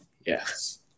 yes